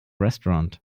restaurant